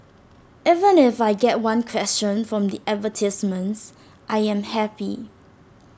even if I get one question from the advertisements I am happy